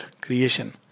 creation